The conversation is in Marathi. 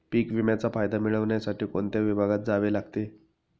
पीक विम्याचा फायदा मिळविण्यासाठी कोणत्या विभागात जावे लागते?